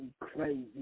crazy